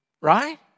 Right